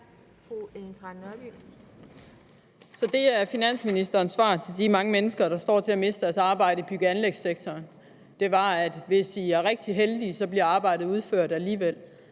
der er finansministerens svar til de mange mennesker, der står til at miste deres arbejde i bygge- og anlægssektoren, er, at hvis de er rigtig heldige, bliver arbejdet udført alligevel.